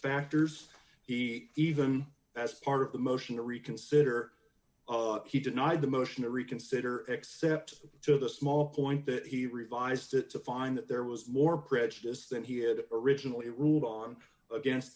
factors he even as part of the motion to reconsider he denied the motion to reconsider except to the small point that he revised it to find that there was more prejudice than he had originally ruled on against